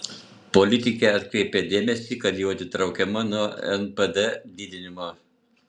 politikė atkreipė dėmesį kad jau atsitraukiama nuo npd didinimo